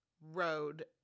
road